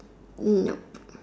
nope